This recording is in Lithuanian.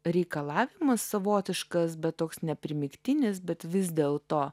reikalavimas savotiškas bet toks neprimygtinis bet vis dėlto